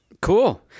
Cool